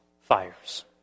fires